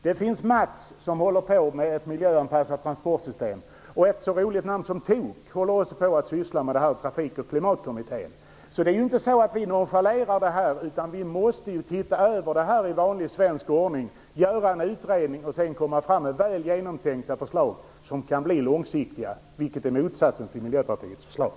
Det finns något som kallas MATS som håller på med att miljöanpassa transportsystem och TOK, ett roligt namn för Trafikoch klimatkommittén, sysslar också med det här. Det är inte så att vi nonchalerar detta. Vi måste titta över det i vanlig svensk ordning, göra en utredning och sedan lägga fram väl genomtänkta förslag som kan bli långsiktiga, vilket är motsatsen till Miljöpartiets förslag.